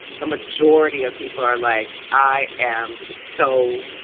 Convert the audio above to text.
the majority of people are like, i am so